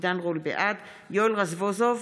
בעד יואל רזבוזוב,